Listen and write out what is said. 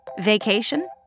Vacation